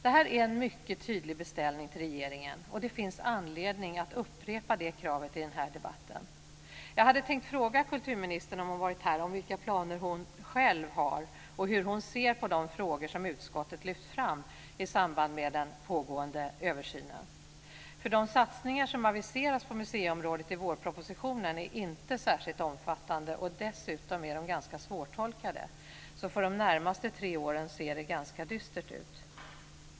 Detta är en mycket tydlig beställning till regeringen, och det finns anledning att upprepa det kravet i den här debatten. Jag hade tänkt fråga kulturministern, om hon hade varit här, vilka planer hon själv har och hur hon ser på de frågor som utskottet lyft fram i samband med den pågående översynen. De satsningar som aviseras på museiområdet i vårpropositionen är inte särskilt omfattande, och dessutom är de ganska svårtolkade. För de närmaste tre åren ser det därför ganska dystert ut.